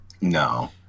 No